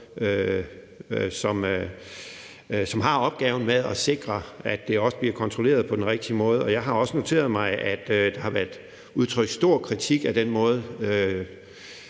som har opgaven med at sikre, at det bliver kontrolleret på den rigtige måde. Jeg har også noteret mig, at der har været udtrykt stor kritik af den måde,